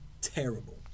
terrible